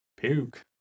Puke